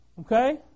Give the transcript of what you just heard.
Okay